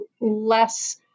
less